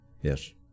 Yes